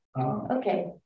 Okay